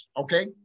okay